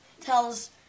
tells